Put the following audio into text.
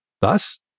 Thus